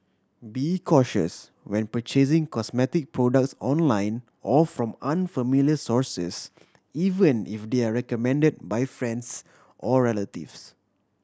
be cautious when purchasing cosmetic products online or from unfamiliar sources even if they are recommended by friends or relatives